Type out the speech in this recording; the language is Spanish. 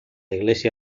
iglesia